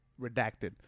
redacted